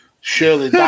surely